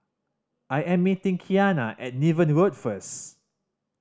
I am meeting Keanna at Niven Road first